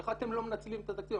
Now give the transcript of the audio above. איך אתם לא מנצלים את התקציב.